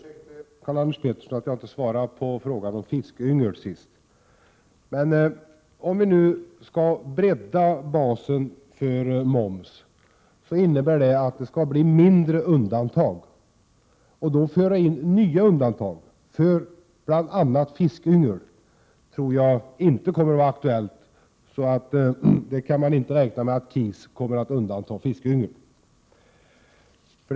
Herr talman! Jag ber om ursäkt för att jag inte svarade på Karl-Anders Peterssons fråga om fiskyngel i mitt förra inlägg. Om vi nu skall bredda basen för moms, innebär det att det skall bli färre undantag. Att då föra in nya undantag, bl.a. för fiskyngel, tror jag inte kommer att vara aktuellt. Så jag räknar inte med att KIS kommer att förorda att fiskyngel undantas.